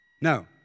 No